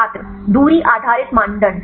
छात्र दूरी आधारित मानदंड